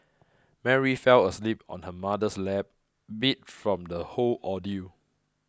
Mary fell asleep on her mother's lap beat from the whole ordeal